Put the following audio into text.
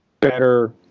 better